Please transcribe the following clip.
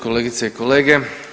Kolegice i kolege.